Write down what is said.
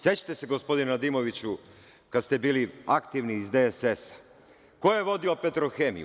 Sećate se gospodine Nedimoviću, kad ste bili aktivni iz DSS-a ko je vodio „Petrohemiju“